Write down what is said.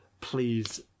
please